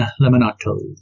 lemonato